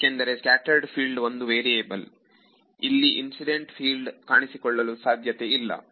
ಏಕೆಂದರೆ scattered field ಒಂದು variable ಇಲ್ಲಿ ಇನ್ಸಿಡೆಂಟ್ ಫೀಲ್ಡ್ ಕಾಣಿಸಿಕೊಳ್ಳಲು ಸಾಧ್ಯತೆ ಇಲ್ಲ